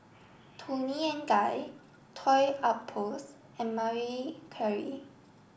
Toni and Guy Toy Outpost and Marie Claire